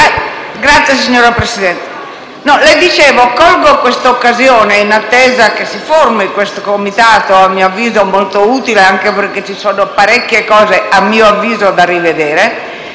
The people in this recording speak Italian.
Grazie, signor Presidente.